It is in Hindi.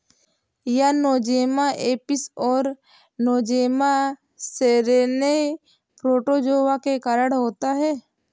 यह नोज़ेमा एपिस और नोज़ेमा सेरेने प्रोटोज़ोआ के कारण होता है